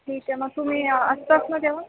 ठीक आहे मग तुम्ही असतात ना तेव्हा